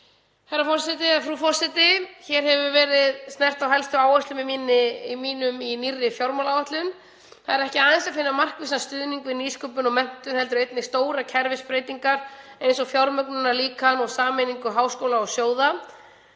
ferðamáladeild. Frú forseti. Hér hefur verið snert á helstu áherslum mínum í nýrri fjármálaáætlun. Þar er ekki aðeins að finna markvissan stuðning við nýsköpun og menntun heldur einnig stórar kerfisbreytingar eins og fjármögnunarlíkan og sameiningu háskóla og sjóða.